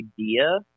idea